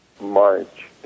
March